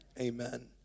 amen